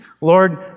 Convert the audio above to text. Lord